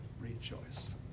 rejoice